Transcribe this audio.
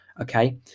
Okay